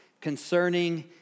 concerning